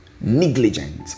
negligent